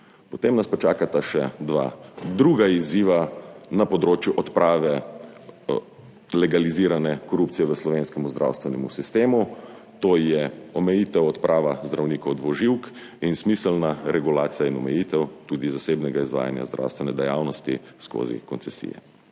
Potem nas pa čakata še dva druga izziva na področju odprave legalizirane korupcije v slovenskem zdravstvenem sistemu, to je omejitev, odprava zdravnikov dvoživk in smiselna regulacija in omejitev tudi zasebnega izvajanja zdravstvene dejavnosti skozi koncesije.